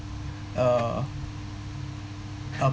uh uh